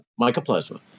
mycoplasma